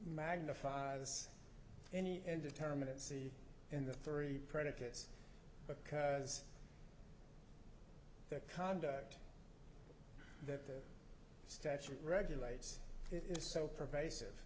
magnifies any and determinate see in the three predicates because the conduct that statute regulates it is so pervasive